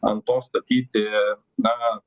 ant to statyti na